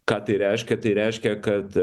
ką tai reiškia tai reiškia kad